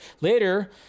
Later